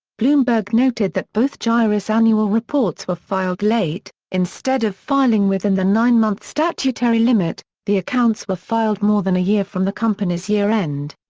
bloomberg noted that both gyrus annual reports were filed late instead of filing within the nine-month statutory limit, the accounts were filed more than a year from the company's year end.